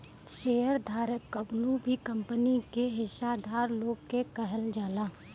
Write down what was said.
share धारक कवनो भी कंपनी के हिस्सादार लोग के कहल जाला